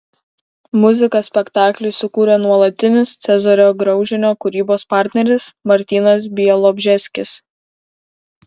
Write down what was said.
muziką spektakliui sukūrė nuolatinis cezario graužinio kūrybos partneris martynas bialobžeskis